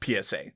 PSA